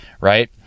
right